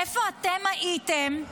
איפה אתם הייתם?